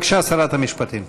בבקשה, שרת המשפטים.